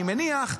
אני מניח,